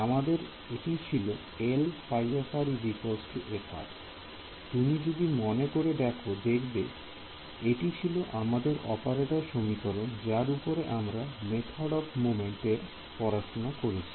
আমাদের এটি ছিল Lϕ f তুমি যদি মনে করে দেখো দেখবে এটি ছিল আমাদের অপারেটর সমীকরণ যার উপরে আমরা মেথডস অফ মোমেন্ট এর পড়াশোনা করেছি